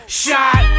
shot